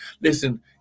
Listen